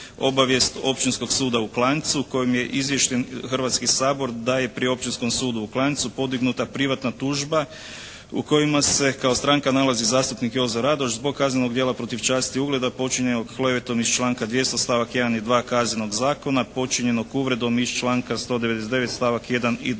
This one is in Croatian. obavijest Općinskog suda u Klanjcu kojim je izvješten Hrvatski sabor da je pri Općinskom sudu u Klanjcu podignuta privatna tužba u kojima se kao stranka nalazi zastupnik Jozo Radoš zbog kaznenog djela protiv časti i ugleda počinjenog klevetom iz članka 200. stavak 1. i 2. Kaznenog zakona počinjenog uvredom iz članka 199. stavak 1. i 2.